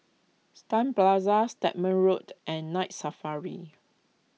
Stun Plaza Stagmont Road and Night Safari